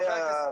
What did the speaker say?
התגעגענו.